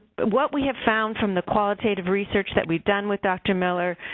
but what we have found, from the qualitative research that we've done with dr. miller,